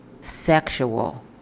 sexual